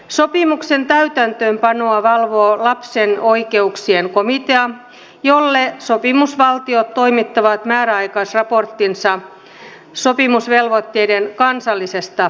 sopimuksen täytäntöönpanoa valvoo lapsen oikeuksien komitea jolle sopimusvaltiot toimittavat määräaikaisraporttinsa sopimusvelvoitteiden kansallisesta täytäntöönpanosta